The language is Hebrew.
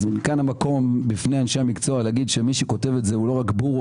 אז כאן המקום בפני אנשי המקצוע להגיד שמי שכותב את זה הוא לא רק בור,